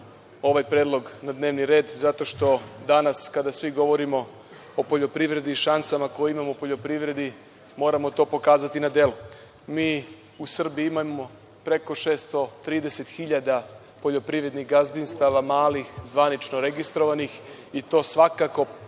ovaj predlog na dnevni red zato što danas kada svi govorimo o poljoprivredi i šansama koje imamo u poljoprivredi moramo to pokazati na delu. Mi u Srbiji imamo preko 630 hiljada poljoprivrednih gazdinstava, malih, zvanično registrovanih i to svakako